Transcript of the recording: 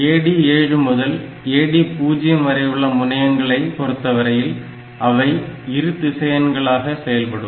AD7 முதல் AD0 வரையுள்ள முனையங்களை பொறுத்தவரையில் அவை இருதிசையன்களாக செயல்படும்